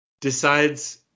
decides